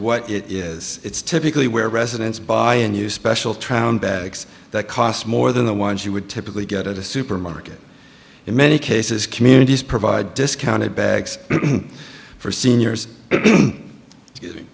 what it is it's typically where residents buy and use special troung bags that cost more than the ones you would typically get at a supermarket in many cases communities provide discounted bags for seniors